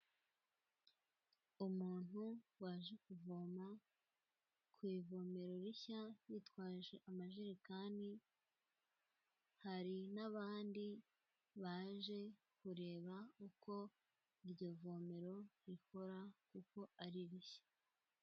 Umuntu waje kuvoma ku ivomero rishya yitwaje amajerekani, hari n'abandi baje kureba uko iryo vomero rikora kuko ari rishya.